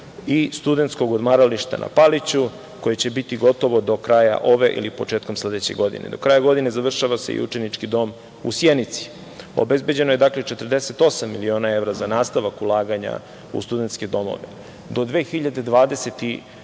i studenskog odmarališta na Paliću koje će biti gotovo do kraja ove ili početkom sledeće godine. Do kraja godine završava se i učenički dom u Sjenici. Obezbeđeno je 48 miliona evra za nastavak ulaganja u studenske domove. Do 2026.